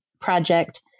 project